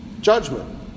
judgment